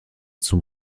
zum